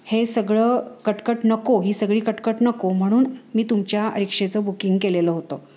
हे सगळं कटकट नको ही सगळी कटकट नको म्हणून मी तुमच्या रिक्षेचं बुकिंग केलेलं होतं